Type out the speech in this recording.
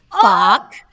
Fuck